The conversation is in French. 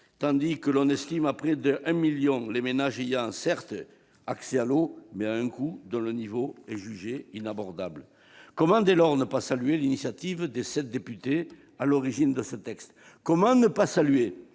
écartées, et l'on estime à près de 1 million les ménages ayant, certes, accès à l'eau, mais à un coût dont le niveau est jugé inabordable. Dès lors, comment ne pas saluer l'initiative des sept députés à l'origine de ce texte